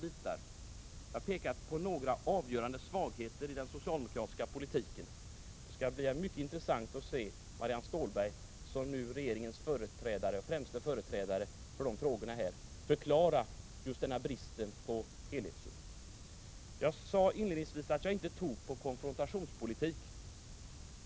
Jag har pekat på några avgörande svagheter i den socialdemokratiska politiken. Det skall bli mycket intressant att höra Marianne Stålberg, som regeringens främsta företrädare i detta sammanhang, förklara just denna brist på helhetssyn. Jag sade inledningsvis att jag inte tror på konfrontationspolitik.